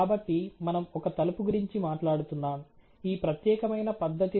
కాబట్టి మనం ఒక తలుపు గురించి మాట్లాడుతున్నాం ఈ ప్రత్యేకమైన పద్ధతిలో